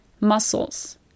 muscles